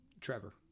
Trevor